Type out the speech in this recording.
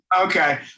Okay